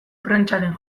prentsaren